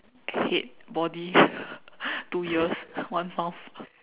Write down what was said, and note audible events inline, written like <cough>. head body <breath> two ears one mouth